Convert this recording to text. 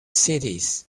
cities